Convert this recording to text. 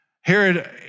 Herod